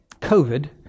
COVID